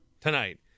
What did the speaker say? tonight